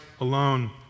alone